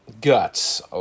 Guts